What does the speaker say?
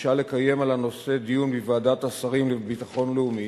ביקשה לקיים על הנושא דיון בוועדת השרים לביטחון לאומי,